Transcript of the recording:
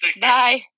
Bye